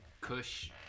Kush